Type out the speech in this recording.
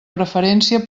preferència